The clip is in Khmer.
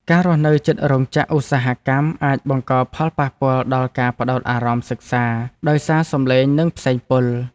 ការរស់នៅជិតរោងចក្រឧស្សាហកម្មអាចបង្កផលប៉ះពាល់ដល់ការផ្តោតអារម្មណ៍សិក្សាដោយសារសំឡេងនិងផ្សែងពុល។